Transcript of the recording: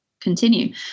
continue